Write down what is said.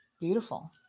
beautiful